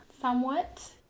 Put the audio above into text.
somewhat